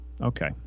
okay